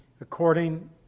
according